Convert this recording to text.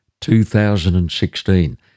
2016